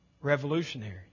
revolutionary